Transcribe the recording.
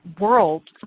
world